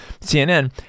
cnn